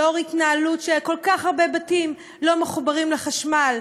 לנוכח ההתנהלות שכל כך הרבה בתים לא מחוברים לחשמל,